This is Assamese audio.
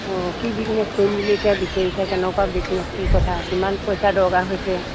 অঁ কি বিজনেছ কৰিম বুলি এতিয়া বিচাৰিছা কেনেকুৱা বিজনেছ কি কথা কিমান পইচা দৰকাৰ হৈছে